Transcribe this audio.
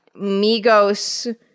Migos